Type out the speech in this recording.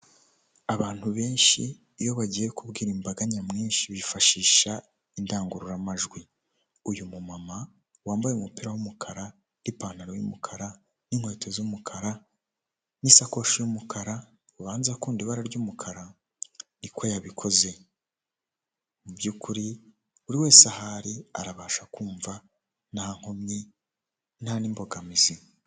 Abantu benshi iyo bagiye kubwira imbaga nyamwinshi bifashisha indangururamajwi. Uyu mumama wambaye umupira w'umukara n'ipantaro y'umukara n'inkweto z'umukara n'isakoshi y'umukara, ubanza akunda ibara ry'umukara niko yabikoze. Mubyukuri buri wese ahari arabasha kumva nta nkomyi nta n'imbogamizi.